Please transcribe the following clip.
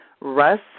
Russ